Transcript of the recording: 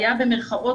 היה במרכאות,